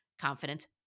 confidence